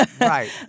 Right